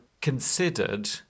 considered